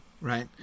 Right